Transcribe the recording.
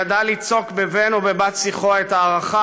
הוא ידע ליצוק בבן-שיחו או בבת-שיחו את ההערכה